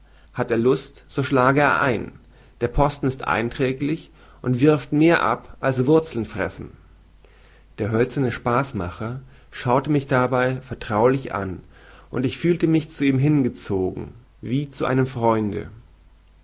hat er lust so schlage er ein der posten ist einträglich und wirft mehr ab als wurzeln fressen der hölzerne spaßmacher schaute mich dabei vertraulich an und ich fühlte mich zu ihm hingezogen wie zu einem freunde